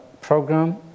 program